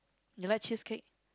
you like cheesecake